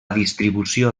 distribució